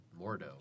Mordo